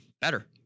better